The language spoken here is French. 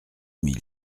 mille